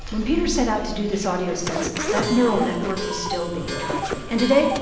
when peter set out to do this audio census, that neural network was still being trained. and today,